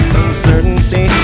uncertainty